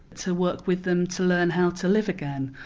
to work with them, to learn how to live again,